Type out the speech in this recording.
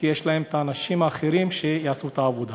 כי יש להם אנשים אחרים שיעשו את העבודה.